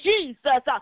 Jesus